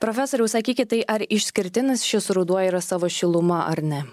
profesoriau sakykit tai ar išskirtinis šis ruduo yra savo šiluma ar ne